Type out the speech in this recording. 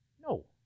No